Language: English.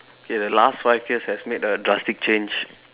K the last five years has made a drastic change